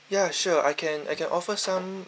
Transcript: ya sure I can I can offer some